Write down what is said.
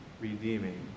redeeming